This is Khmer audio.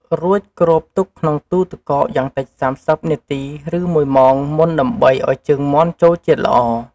រួចគ្របទុកក្នុងទូទឹកកកយ៉ាងតិច ៣០ នាទី ឬ ១ ម៉ោងមុនដើម្បីឱ្យជើងមាន់ចូលជាតិល្អ។